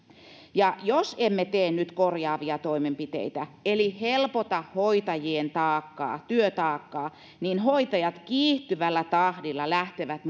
ja jos emme tee nyt korjaavia toimenpiteitä eli helpota hoitajien työtaakkaa niin hoitajat kiihtyvällä tahdilla lähtevät